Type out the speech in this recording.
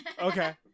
Okay